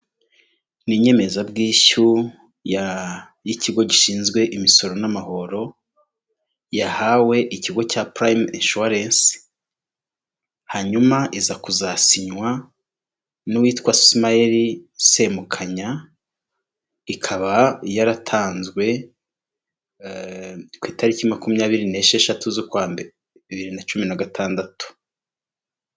Ni inyemezabwishyu ya y'ikigo gishinzwe imisoro n'amahoro yahawe ikigo cya purayimu inshuwarensi, hanyuma iza kuzasinywa n'uwitwa Ismael Semukanya, ikaba yaratanzwe ku italiki makumyabiri n'esheshatu z'ukwa mbere bibiri na cumi na gatandatu.